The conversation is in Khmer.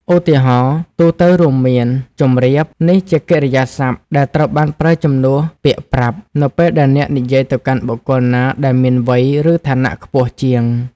ឧទាហរណ៍ទូទៅរួមមាន ជម្រាប នេះជាកិរិយាសព្ទដែលត្រូវបានប្រើជំនួសពាក្យ ប្រាប់ នៅពេលដែលអ្នកនិយាយទៅកាន់បុគ្គលណាដែលមានវ័យ ឬឋានៈខ្ពស់ជាង។